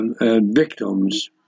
victims